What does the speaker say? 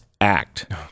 act